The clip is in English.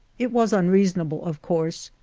it was unreasonable, of course,